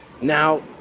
Now